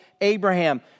Abraham